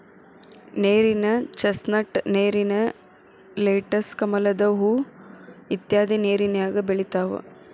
ನೇರಿನ ಚಸ್ನಟ್, ನೇರಿನ ಲೆಟಸ್, ಕಮಲದ ಹೂ ಇತ್ಯಾದಿ ನೇರಿನ್ಯಾಗ ಬೆಳಿತಾವ